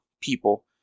people